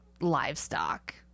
livestock